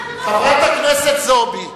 חברת הכנסת זועבי,